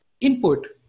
input